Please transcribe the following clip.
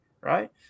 right